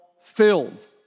filled